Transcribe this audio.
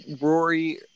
Rory